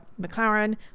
McLaren